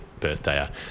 birthdayer